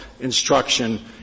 instruction